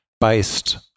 based